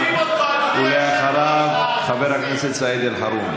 אם כבר החלטתם ללכת לבחירות,